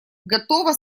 готово